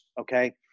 Okay